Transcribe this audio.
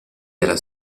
della